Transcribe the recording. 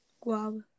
guava